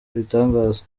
ibitangaza